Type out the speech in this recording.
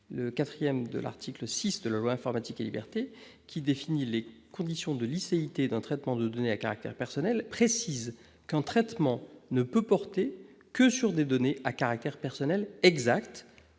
Le 4° de l'article 6 de la loi Informatique et libertés, qui définit les conditions de licéité d'un traitement de données à caractère personnel, précise qu'un traitement ne peut porter que sur des données à caractère personnel « exactes,